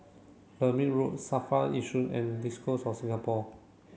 Lermit Road SAFRA Yishun and Diocese of Singapore